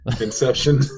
Inception